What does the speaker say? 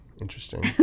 Interesting